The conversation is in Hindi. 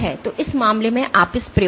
तो इस मामले में आप इस प्रयोग पर